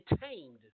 tamed